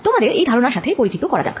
তোমাদের এই ধারণার সাথে পরিচিত করা যাক